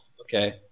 okay